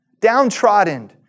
downtrodden